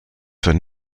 für